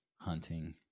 hunting